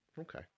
Okay